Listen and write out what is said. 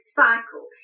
cycle